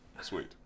Sweet